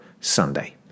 Sunday